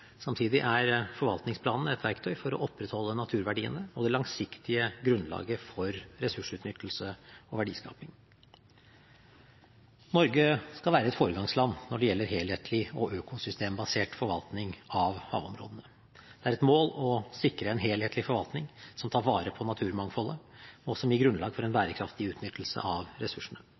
Samtidig er forvaltningsplanene et verktøy for å opprettholde naturverdiene og det langsiktige grunnlaget for ressursutnyttelse og verdiskaping. Norge skal være et foregangsland når det gjelder helhetlig og økosystembasert forvaltning av havområdene. Det er et mål å sikre en helhetlig forvaltning som tar vare på naturmangfoldet og gir grunnlag for en bærekraftig utnyttelse av ressursene.